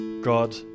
God